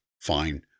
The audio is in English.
Fine